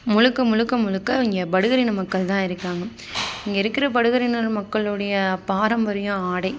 முழுக்க முழுக்க முழுக்க அவங்க படுகர் இன மக்கள் தான் இருக்காங்க இங்கே இருக்கிற படுகர் இனம் மக்களுடைய பாரம்பரியம் ஆடை